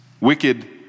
wicked